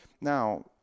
Now